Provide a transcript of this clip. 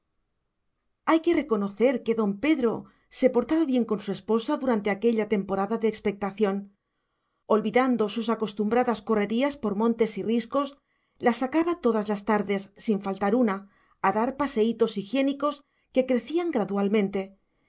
hay que reconocer que don pedro se portaba bien con su esposa durante aquella temporada de expectación olvidando sus acostumbradas correrías por montes y riscos la sacaba todas las tardes sin faltar una a dar paseítos higiénicos que crecían gradualmente